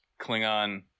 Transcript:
Klingon